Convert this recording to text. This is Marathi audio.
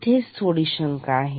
इथेच थोडी शंका आहे